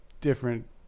different